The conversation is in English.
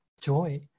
joy